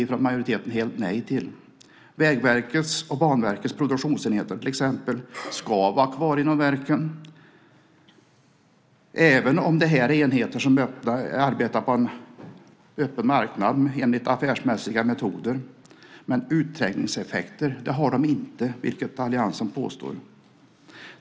Vägverkets och Banverkets produktionsenheter till exempel ska vara kvar inom verken. Även om det är enheter som arbetar på en öppen marknad enligt affärsmässiga metoder har de inte några utträngningseffekter, vilket alliansen påstår.